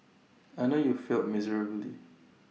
I know you failed miserably